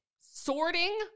sorting